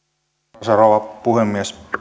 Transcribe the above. arvoisa rouva puhemies